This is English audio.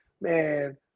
man